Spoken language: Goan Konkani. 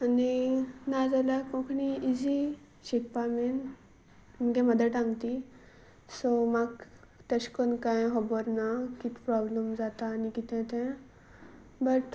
आनी नाजाल्यार कोंकणी इजी शिकपा बेन आमगे मदर टंग ती सो म्हाक तेश कोन्न कांय होबोर ना कित प्रोब्लम जाता आनी कितें तें बट